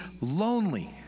lonely